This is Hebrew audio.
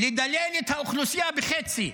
לדלל את האוכלוסייה בחצי.